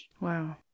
Wow